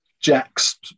Jack's